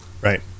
right